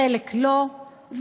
חלק לא,